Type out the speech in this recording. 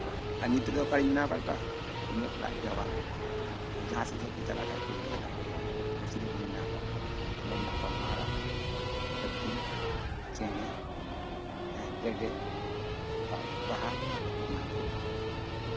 ᱟᱨ ᱱᱤᱛᱳᱜ ᱨᱮᱫᱚ ᱚᱠᱟᱨᱤᱧ ᱵᱮᱱᱟᱣ ᱟᱠᱟᱫ ᱠᱚᱣᱟ ᱤᱧᱟᱹᱜ ᱚᱲᱟᱜ ᱫᱮᱣᱟᱞ ᱨᱮ ᱟᱨ ᱡᱟᱦᱟᱸᱛᱤᱥᱚᱜ ᱯᱮ ᱪᱟᱞᱟᱜ ᱠᱷᱟᱱ ᱯᱮ ᱧᱮᱞᱟ ᱪᱤᱞᱤ ᱠᱩᱧ ᱵᱮᱱᱟᱣ ᱟᱠᱟᱫ ᱠᱚᱣᱟ ᱚᱸᱰᱮ ᱢᱮᱱᱟᱜ ᱠᱚᱣᱟ ᱢᱟᱨᱟᱜ ᱦᱟᱹᱛᱤ ᱪᱮᱬᱮ ᱮᱸᱜ ᱜᱮᱰᱮ ᱛᱟᱨᱯᱚᱨᱮ ᱵᱟᱦᱟ ᱮᱢᱟᱱ ᱛᱮᱭᱟᱜ ᱠᱚ